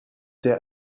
der